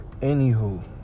Anywho